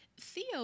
Theo